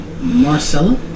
Marcella